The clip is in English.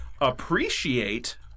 appreciate